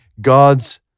God's